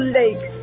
lake